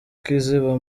kiziba